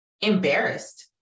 embarrassed